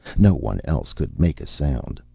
no one else could make a sound,